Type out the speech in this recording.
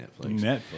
Netflix